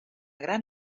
gran